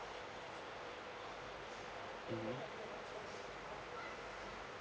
mmhmm